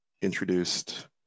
introduced